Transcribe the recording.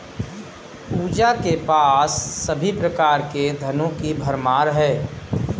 पूजा के पास सभी प्रकार के धनों की भरमार है